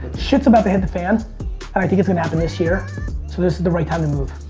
shit's about to hit the fan and i think it's gonna happen this year so this is the right time to move.